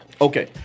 Okay